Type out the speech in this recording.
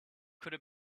could